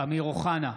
אמיר אוחנה,